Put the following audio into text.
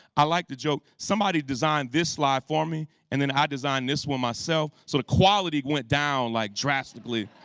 i like to joke, somebody design this slide for me and then i designed this one myself. so the quality went down like drastically.